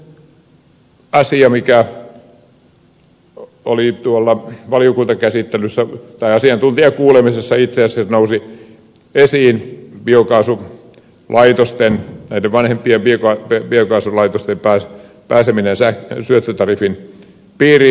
toinen asia mikä tuolla valiokunnassa asiantuntijakuulemisessa itse asiassa nousi esiin on näiden vanhempien biokaasulaitosten pääseminen syöttötariffin piiriin